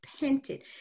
repented